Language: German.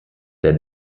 der